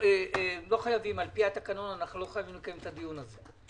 על פי התקנון אנחנו לא חייבים לקיים את הדיון הזה.